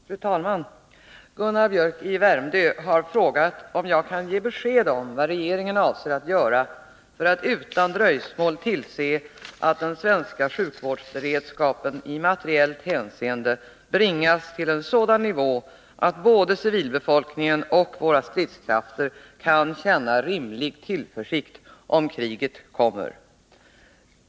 Fru talman! Gunnar Biörck i Värmdö har frågat om jag kan ge besked om vad regeringen avser att göra för att utan dröjsmål tillse att den svenska sjukvårdsberedskapen i materiellt hänseende bringas till en sådan nivå, att både civilbefolkningen och våra stridskrafter kan känna rimlig tillförsikt ”om kriget kommer”.